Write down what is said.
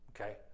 okay